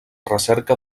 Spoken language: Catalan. recerca